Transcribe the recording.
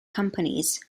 companies